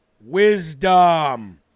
Wisdom